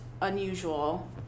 unusual